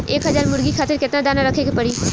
एक हज़ार मुर्गी खातिर केतना दाना रखे के पड़ी?